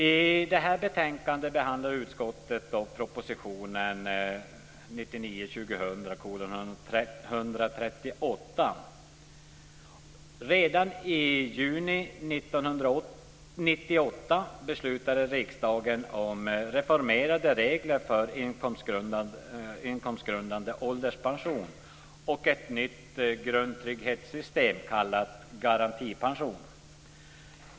I detta betänkande behandlar utskottet proposition Redan i juni 1998 beslutade riksdagen om reformerade regler för inkomstgrundad ålderspension och om ett nytt grundtrygghetssystem kallat garantipension.